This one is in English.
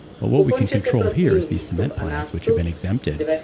but, what we can control here is these cement plants which have been exempted,